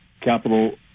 capital